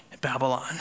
Babylon